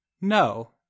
no